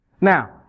Now